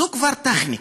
זו כבר טכניקה,